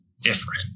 different